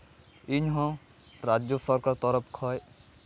ᱤᱧᱦᱚᱸ ᱨᱟᱡᱽᱡᱚ ᱥᱚᱨᱠᱟᱨ ᱛᱚᱨᱚᱯᱷ ᱠᱷᱚᱡ